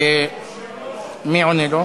אדוני היושב-ראש,